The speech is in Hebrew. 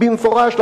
במפורש.